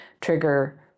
trigger